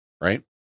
right